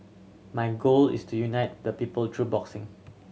my goal is to unite the people through boxing